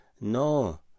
No